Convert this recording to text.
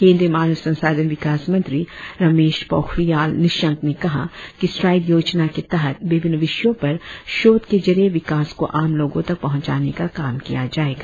केंद्रीय मानव संसाधन विकास मंत्री रमेश पोखरियाल निशंक ने कहा कि स्ट्राइड योजना के तहत विभिन्न विषयों पर शोध के जरिए विकास को आम लोगों तक पहुंचाने का काम किया जाएगा